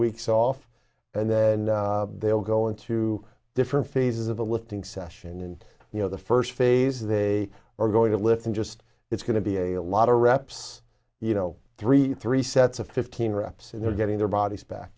weeks off and then they'll go into different phases of the lifting session and you know the first phase they are going to lift and just it's going to be a lot of reps you know three three sets of fifteen reps and they're getting their bodies back